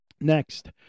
Next